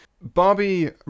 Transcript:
Barbie